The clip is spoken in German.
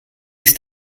ist